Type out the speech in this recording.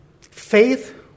Faith